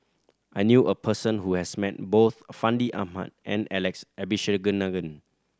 I knew a person who has met both Fandi Ahmad and Alex Abisheganaden